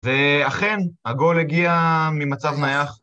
ואכן, הגול הגיע ממצב נייח.